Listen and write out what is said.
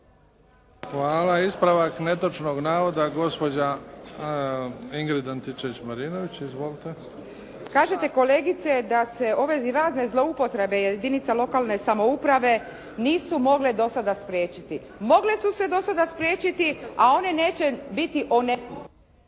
Hvala. Ispravak netočnog navoda. Gospođa Ingrid Antičević-Marinović. Izvolite. **Antičević Marinović, Ingrid (SDP)** Kažete kolegice, da se ove razne zloupotrebe jedinica lokalne samouprave nisu mogle do sada spriječiti. Mogle su se do sada spriječiti, a one neće biti